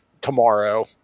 tomorrow